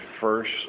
first